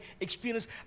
experience